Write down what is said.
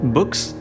Books